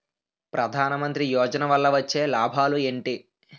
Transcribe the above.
ప్రధాన మంత్రి యోజన వల్ల వచ్చే లాభాలు ఎంటి?